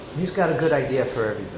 he's got a good idea for